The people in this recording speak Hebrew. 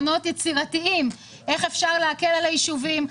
פתרונות יצירתיים להקלה על היישובים.